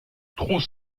trop